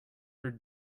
your